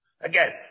Again